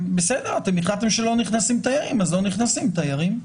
החלטתם שלא נכנסים תיירים, אז לא נכנסים תיירים.